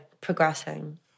progressing